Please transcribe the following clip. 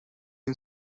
این